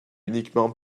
uniquement